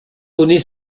donné